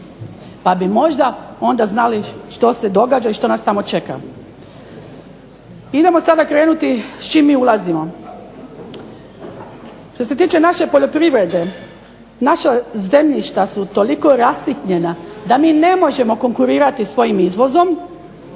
pa bi možda onda znali što se događa i što nas tamo čeka. Idemo sada krenuti s čim mi ulazimo. Što se tiče naše poljoprivrede, naša zemljišta su toliko rasitnjena da mi ne možemo konkurirati svojim izvozom,